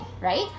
right